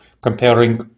comparing